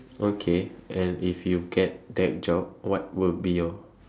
okay and if you get that job what would be your